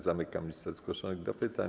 Zamykam listę zgłoszonych do pytań.